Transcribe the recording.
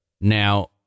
Now